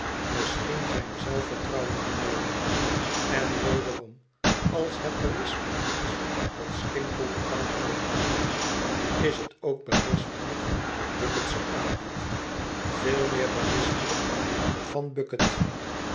misschien zijn zelfvertrouwen benemen en wederom als het berispelyk is dat skimpole de banknoot aanneemt is het ook berispelijk dat bucket ze aanbiedt veel meer berispel'yk van bucket